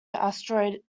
asteroid